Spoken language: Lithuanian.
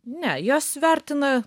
ne jos vertina